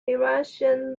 eurasian